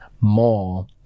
more